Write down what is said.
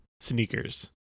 sneakers